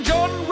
John